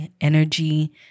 energy